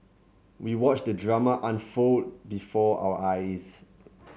we watched the drama unfold before our eyes